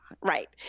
Right